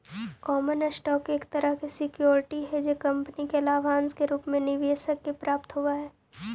common stock एक तरह के सिक्योरिटी हई जे कंपनी के लाभांश के रूप में निवेशक के प्राप्त होवऽ हइ